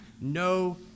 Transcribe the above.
no